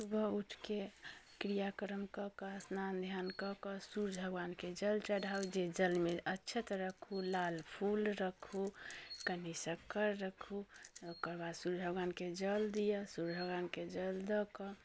सुबह उठिके क्रियाकर्म कऽ कऽ स्नान ध्यान कऽ कऽ सूर्य भगवानके जल चढ़ाउ जे जलमे अक्षत रखू लाल फूल रखू कनि शक्कर रखू ओकर बाद सूर्य भगवानके जल दियऽ सूर्य भगवानके जल दऽ कऽ